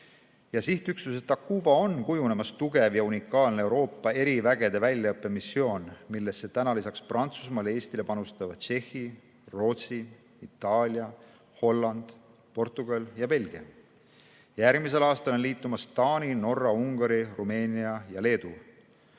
Sihtüksusest Takuba on kujunemas tugev ja unikaalne Euroopa erivägede väljaõppemissioon, millesse täna lisaks Prantsusmaale ja Eestile panustavad Tšehhi, Rootsi, Itaalia, Holland, Portugal ja Belgia. Järgmisel aastal on liitumas Taani, Norra, Ungari, Rumeenia ja Leedu.